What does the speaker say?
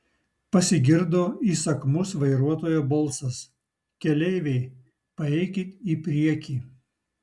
pasigirdo įsakmus vairuotojo balsas keleiviai paeikit į priekį